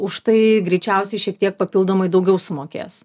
už tai greičiausiai šiek tiek papildomai daugiau sumokės